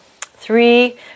three